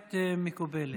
ביקורת מקובלת.